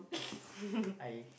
I